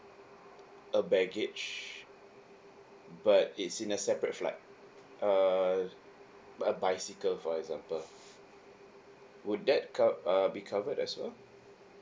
a baggage but it's in a separate flight err bi~ bicycle for example would that cov~ uh be covered as well